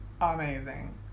amazing